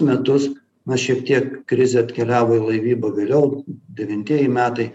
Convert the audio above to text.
metus na šiek tiek krizė atkeliavo į laivyba vėliau devintieji metai